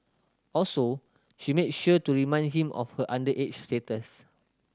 also she made sure to remind him of her underage status